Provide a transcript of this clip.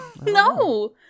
no